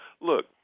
look